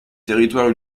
territoires